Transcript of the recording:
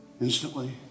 Instantly